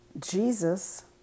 Jesus